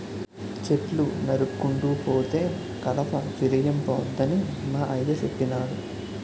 చెట్లు నరుక్కుంటూ పోతే కలప పిరియంపోద్దని మా అయ్య సెప్పినాడు